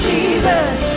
Jesus